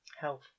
Health